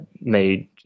made